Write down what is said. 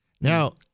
Now